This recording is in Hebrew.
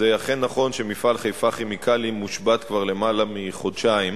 זה נכון שמפעל "חיפה כימיקלים" מושבת כבר למעלה מחודשיים